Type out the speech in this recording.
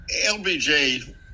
LBJ